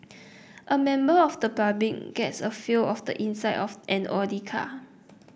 a member of the public gets a feel of the inside of an Audi car